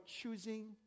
choosing